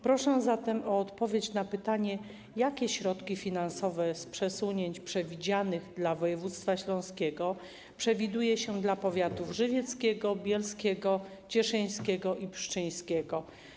Proszę zatem o odpowiedź na pytanie, jakie środki finansowe z przesunięć przewidzianych dla województwa śląskiego przewiduje się dla powiatów żywieckiego, bielskiego, cieszyńskiego i pszczyńskiego?